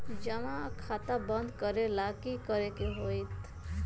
जमा खाता बंद करे ला की करे के होएत?